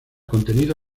contenido